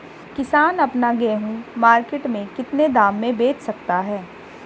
किसान अपना गेहूँ मार्केट में कितने दाम में बेच सकता है?